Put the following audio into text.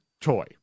toy